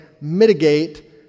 mitigate